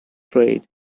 trade